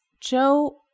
Joe